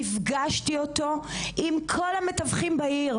הפגשתי אותו עם כל המתווכים בעיר,